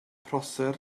prosser